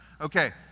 Okay